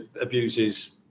abuses